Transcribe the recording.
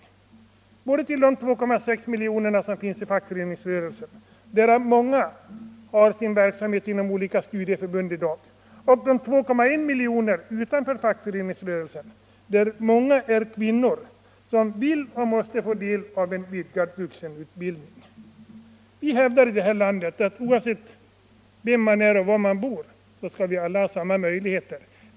Den skall riktas både till de 2,6 miljoner som finns i fackföreningsrörelsen, av vilka många har sin verksamhet inom olika studieförbund, och till de 2,1 miljonerna utanför fackföreningsrörelsen, av vilka många är kvinnor som vill och måste få del av en vidgad vuxenutbildning. Vi hävdar att oavsett vem man är och var man bor skall man ha samma möjligheter som alla andra.